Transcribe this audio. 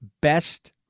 best